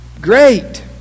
Great